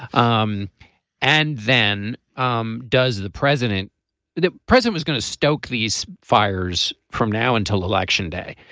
um and then um does the president the president is going to stoke these fires from now until election day.